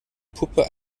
puppe